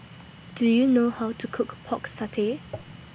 Do YOU know How to Cook Pork Satay